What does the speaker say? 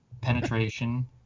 penetration